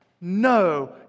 No